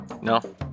No